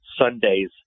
Sundays